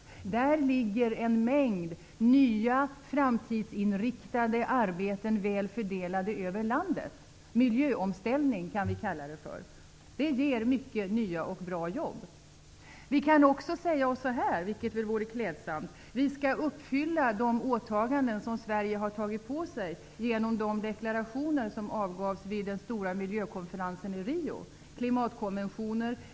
I detta ligger en mängd nya framtidsinriktade arbeten, väl fördelade över landet. Vi kan kalla det miljöomställning, och denna ger många nya och bra jobb. Vi kan också säga, vilket vore klädsamt, att vi skall uppfylla de åtaganden som Sverige har gjort genom de olika deklarationerna vid den stora miljökonferensen i Rio de Janeiro, bl.a. klimatkonventioner.